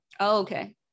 okay